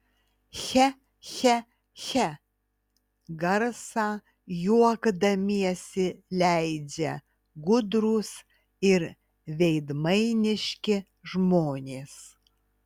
che che che garsą juokdamiesi leidžia gudrūs ir veidmainiški žmonės